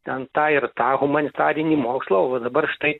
ten tą ir tą humanitarinį mokslą o va dabar štai